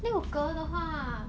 六格的话